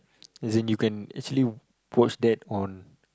as in you can actually watch that on